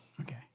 Okay